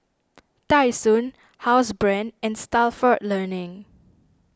Tai Sun Housebrand and Stalford Learning